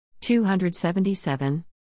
277